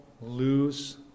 lose